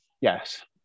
Yes